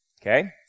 Okay